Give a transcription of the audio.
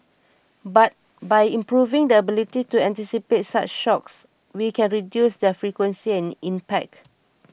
but by improving the ability to anticipate such shocks we can reduce their frequency and impact